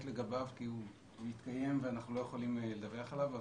לגביו כי הוא מתקיים ואנחנו לא יכולים לדווח עליו.